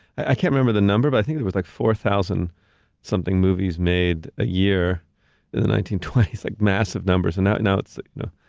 i can't remember the number, but i think there was like four thousand something movies made a year in the nineteen twenty s, like massive numbers, and now now it's like, you know,